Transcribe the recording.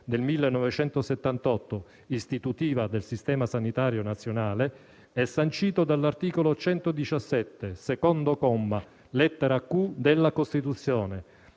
del 1978, istitutiva del Servizio sanitario nazionale, è sancito dall'articolo 117, secondo comma, lettera *q)*, della Costituzione,